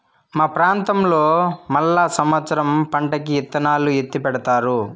మా ప్రాంతంలో మళ్ళా సమత్సరం పంటకి ఇత్తనాలు ఎత్తిపెడతారు